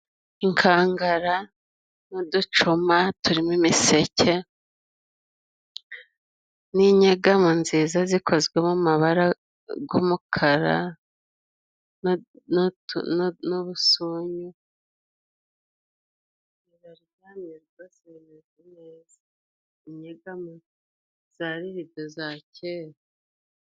Inkangara n'uducuma turimo imiseke n'inyegamo nziza zikozwe mu mabara g'umukara n'tu n'ubusunyu, biraryamye byose bimeze neza ,inyegamo zari rido za kera.